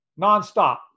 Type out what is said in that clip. nonstop